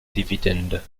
dividende